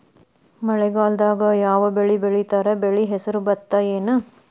ಮಳೆಗಾಲದಾಗ್ ಯಾವ್ ಬೆಳಿ ಬೆಳಿತಾರ, ಬೆಳಿ ಹೆಸರು ಭತ್ತ ಏನ್?